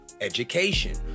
education